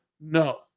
No